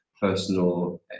personal